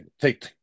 take